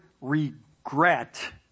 regret